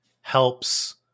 helps